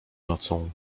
nocą